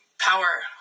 power